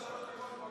נו, רשמתי אותו.